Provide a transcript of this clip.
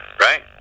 Right